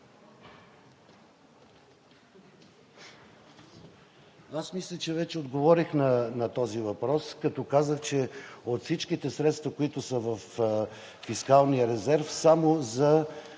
Мисля, че вече отговорих на този въпрос, като казах, че от всичките средства, които са във фискалния резерв, само